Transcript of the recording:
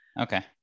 Okay